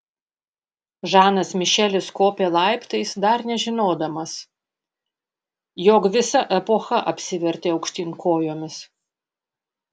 žanas mišelis kopė laiptais dar nežinodamas jog visa epocha apsivertė aukštyn kojomis